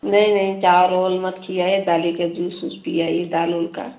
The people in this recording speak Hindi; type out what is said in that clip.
नहीं नहीं चावल उवल मत खियाइए दाल ही का जूस ऊस पी आइएगा दाल उल का